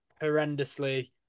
horrendously